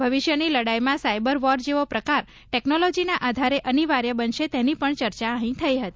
ભવિષ્યની લડાઇમાં cyber war જેવો પ્રકાર ટેકનોલોજીના આધારે અનિવાર્ય બનશે તેની પણ ચર્ચા અહીં થઇ હતી